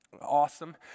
Awesome